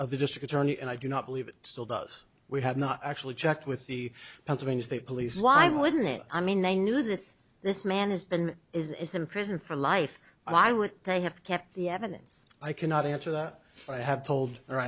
of the district attorney and i do not believe it still does we have not actually checked with the pennsylvania state police why wouldn't it i mean they knew this this man has been is in prison for life why would they have kept the evidence i cannot answer that i have told her